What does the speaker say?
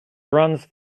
runs